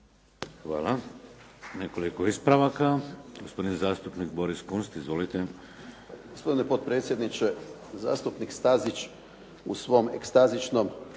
Hvala. Nekoliko ispravaka. Gospodin zastupnik Boris Kunst. Izvolite. **Kunst, Boris (HDZ)** Gospodine potpredsjedniče, zastupnik Stazić u svom ekstazičnom